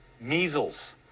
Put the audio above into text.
measles